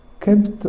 kept